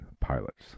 pilots